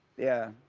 yeah.